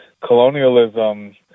colonialism